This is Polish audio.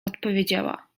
odpowiedziała